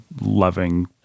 loving